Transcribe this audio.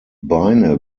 beine